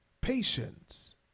patience